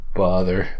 bother